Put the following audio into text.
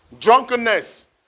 Drunkenness